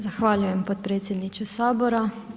Zahvaljujem potpredsjedniče Sabora.